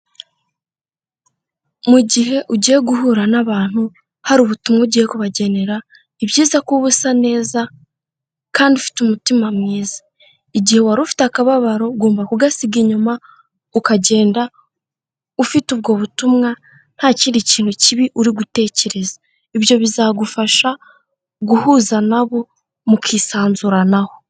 Mu gihe ugiye guhura n'abantu, hari ubutumwa ugiye kubagenera, ni ibyiza ko uba usa neza kandi ufite umutima mwiza. Igihe wari ufite akababaro, ugomba kugasiga inyuma, ukagenda ufite ubwo butumwa, ntakindi kintu kibi uri gutekereza. Ibyo bizagufasha, guhuza na bo mukisanzuranaho.